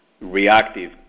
reactive